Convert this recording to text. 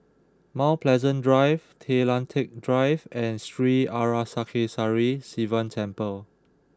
Mount Pleasant Drive Tay Lian Teck Drive and Sri Arasakesari Sivan Temple